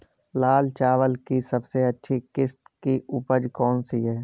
लाल चावल की सबसे अच्छी किश्त की उपज कौन सी है?